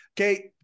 okay